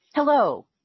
Hello